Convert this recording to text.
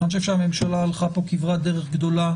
אני חושב שהממשלה הלכה פה כברת דרך גדולה,